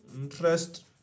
interest